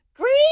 Green